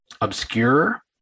obscure